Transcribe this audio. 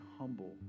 humble